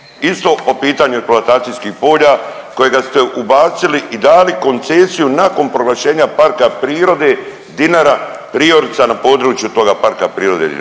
Isto po pitanju eksploatacijskih polja kojega ste ubacili i dali koncesiju nakon proglašenja PP Dinara Priorica na području toga PP Dinara